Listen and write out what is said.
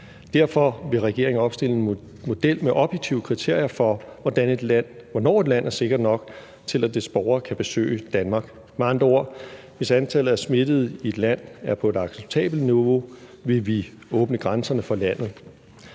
Derfor vil regeringen opstille en model med objektive kriterier for, hvornår et land er sikkert nok til, at dets borgere kan besøge Danmark. Med andre ord: Hvis antallet af smittede i et land er på et acceptabelt niveau, vil vi åbne grænserne for landet.